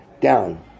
down